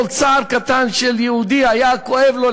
כל צער קטן של יהודי היה כואב לו,